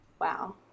Wow